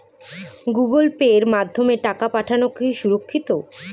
Google pay মাধ্যমে টাকা পাঠানোকে সুরক্ষিত?